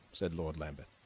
said lord lambeth,